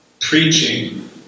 Preaching